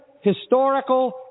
historical